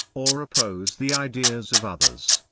or oppose the ideas of others,